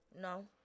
No